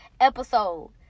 episode